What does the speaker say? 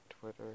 Twitter